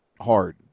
hard